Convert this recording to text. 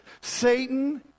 Satan